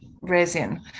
resin